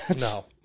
No